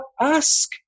ask